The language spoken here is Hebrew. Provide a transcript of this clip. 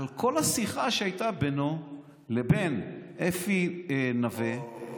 לכל השיחה שהייתה בינו לבין אפי נוה אוה,